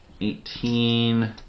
eighteen